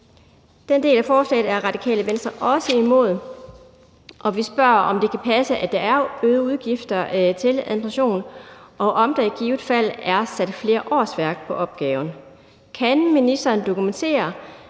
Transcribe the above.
Den del af forslaget er Radikale også imod, og vi spørger, om det kan passe, at der er øgede udgifter til administration, og om der i givet fald er sat flere årsværk på opgaven. Kan ministeren dokumentere,